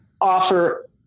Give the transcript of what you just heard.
offer